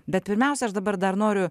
bet pirmiausia aš dabar dar noriu